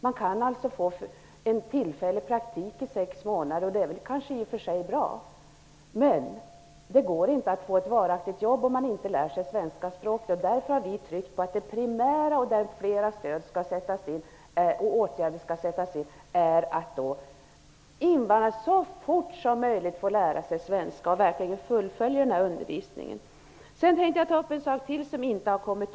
Man kan få en tillfällig praktikplats i sex månader, vilket kanske i och för sig är bra, men det går inte att få ett varaktigt jobb om man inte lärt sig svenska språket. Därför har vi tryckt på att det primära, och där flera åtgärder skall sättas in, är att invandrarna så fort som möjligt får lära sig svenska och att de verkligen fullföljer undervisningen. Jag vill ta upp ytterligare en fråga som inte har berörts.